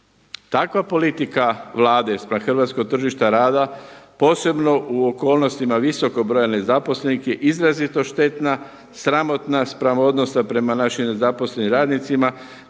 Takva politika Vlade spram hrvatskog tržišta rada posebno u okolnostima visokog broja nezaposlenih je izrazito štetna, sramotna spram odnosa prema nezaposlenim radnicima